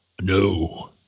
No